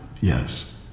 Yes